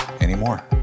anymore